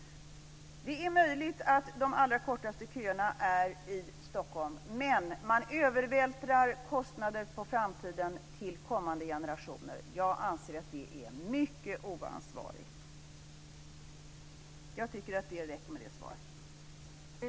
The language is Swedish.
Det är möjligt att de allra kortaste köerna är i Stockholm, men man övervältrar kostnader på framtiden, till kommande generationer. Jag anser att det är mycket oansvarigt. Jag tycker att det räcker med det svaret.